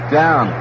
down